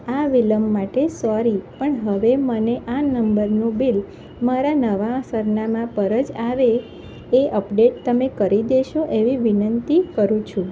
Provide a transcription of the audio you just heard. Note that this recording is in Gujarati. આ વિલંબ માટે સોરી પણ હવે મને આ નંબરનું બિલ મારા નવાં સરનામાં પર જ આવે એ અપડેટ તમે કરી દેશો એવી વિનંતી કરું છું